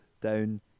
down